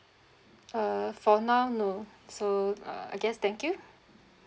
err for now no so uh I guess thank you